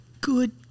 good